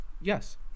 Yes